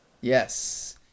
Yes